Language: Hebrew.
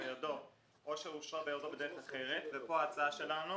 בידו או שאושרה בידו בדרך אחרת וכאן באה ההצעה שלנו